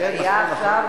כן, כן, נכון.